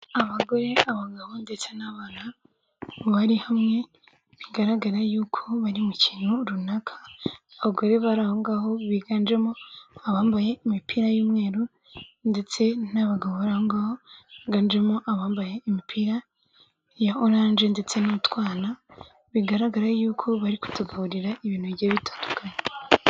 Abagore, abagabo ndetse n'abana bari hamwe bigaragara y'uko bari mu kintu runaka, abagore bari aho ngaho biganjemo abambaye imipira y'imyeru ndetse n'abagabo bari aho ngaho biganjemo abambaye imipira ya oranje ndetse n'utwana bigaragara yuko bari kutuburira ibintu bigiye bitandukanye.